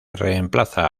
reemplaza